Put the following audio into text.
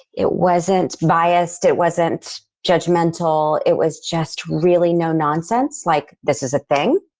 it wasn't biased. it wasn't judgemental. it was just really no nonsense. like this is a thing.